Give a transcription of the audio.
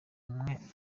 umwe